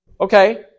Okay